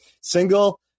Single